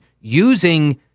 using